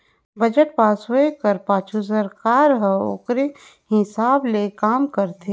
budget pass होए कर पाछू सरकार हर ओकरे हिसाब ले काम करथे